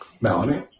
Melanie